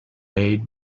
made